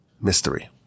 mystery